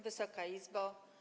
Wysoka Izbo!